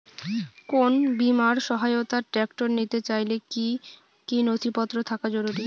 কোন বিমার সহায়তায় ট্রাক্টর নিতে চাইলে কী কী নথিপত্র থাকা জরুরি?